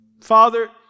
Father